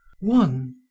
one